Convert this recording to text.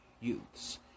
youths